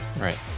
right